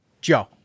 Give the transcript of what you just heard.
Joe